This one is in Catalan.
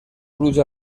pluja